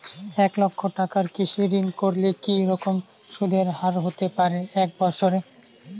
এক লক্ষ টাকার কৃষি ঋণ করলে কি রকম সুদের হারহতে পারে এক বৎসরে?